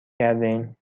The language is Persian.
کردهایم